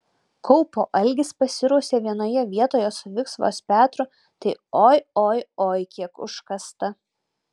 kaupo algis pasirausė vienoje vietoje su viksvos petru tai oi oi oi kiek užkasta